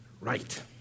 right